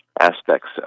aspects